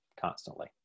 constantly